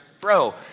bro